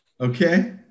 okay